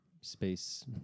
space